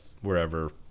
wherever